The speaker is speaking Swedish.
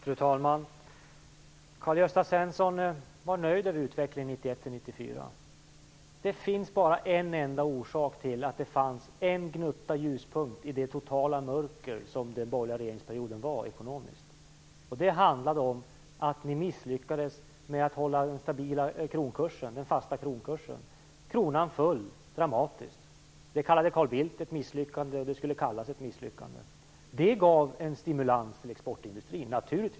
Fru talman! Karl-Gösta Svenson var nöjd med utvecklingen 1991-1994. Det finns bara en enda orsak till att det fanns en gnutta ljus i det totala mörker som den borgerliga regeringsperioden var ekonomiskt. Det handlade om att ni misslyckades med att hålla den fasta kronkursen. Kronan föll dramatiskt. Det kallade Carl Bildt ett misslyckande. Det gav naturligtvis stimulans till exportindustrin.